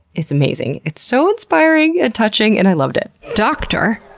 it's amazing. it's so inspiring and touching. and i loved it. doctor,